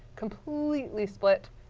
completely split.